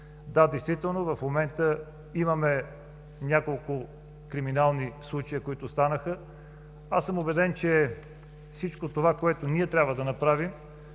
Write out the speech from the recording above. Да, действително в момента имаме няколко криминални случая, които станаха. Аз съм убеден, че всичко това, което ние трябва да направим,